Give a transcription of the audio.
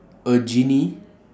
a genie